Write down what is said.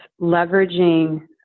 leveraging